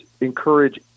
encourage